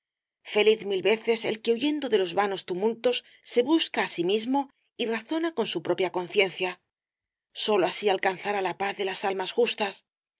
feliz mil veces el que huyendo de los vanos tumultos se busca á sí mismo y razona con su propia conciencia sólo así alcanzará la paz de las almas justas